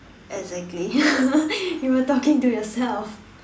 exactly you were talking to yourself